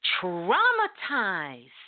traumatized